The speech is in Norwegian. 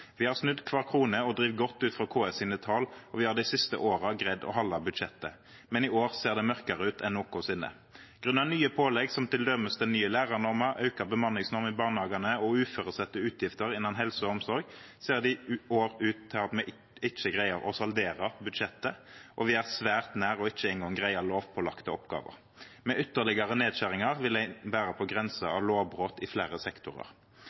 Vi har snudd kvar krone og driv godt ut frå KS sine tal, og har dei siste åra greidd å halda budsjettet. Men i år ser det mørkare ut enn nokosinne. Grunna nye pålegg som til dømes den nye lærarnorma, auka bemanningsnorm i barnehagane, og uføresette utgifter innan helse og omsorg, ser det i år ut som me ikkje greier å saldera budsjettet og vi er svært nær å ikkje ein gong greia lovpålagde oppgåver. Med ytterlegare nedskjeringar vil vi vera på grensa av lovbrot i fleire sektorar.